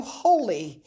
holy